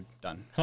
done